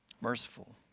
merciful